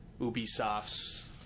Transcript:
Ubisoft's